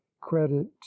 credit